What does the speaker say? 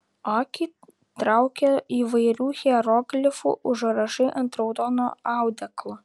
akį traukia įvairių hieroglifų užrašai ant raudono audeklo